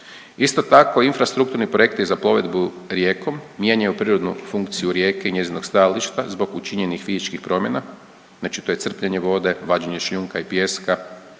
Isto tako, infrastrukturni projekti za plovidbu rijekom mijenjaju prirodnu funkciju rijeke i njezinog stajališta zbog učinjenih fizičkih promjena. Znači to je crpljenje vode, vađenje šljunka i pijeska,